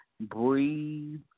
breathe